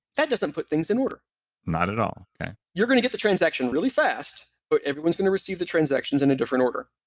that doesn't put things in order not at all you're going to get the transaction really fast, but everyone's going to receive the transactions in a different order.